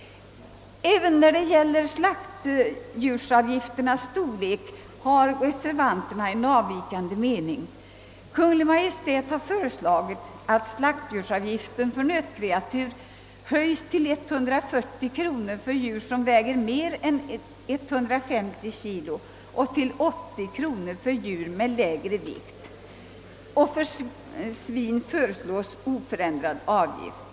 Även när det gäller slaktdjursavgifternas storlek har reservanterna en avvikande mening. Kungl. Maj:t har föreslagit att slaktdjursavgiften för nötkreatur höjs till 140 kronor för djur som väger minst 150 kilo och till 80 kronor för djur med lägre vikt. För svin föreslås oförändrad avgift.